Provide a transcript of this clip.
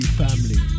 family